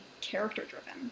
character-driven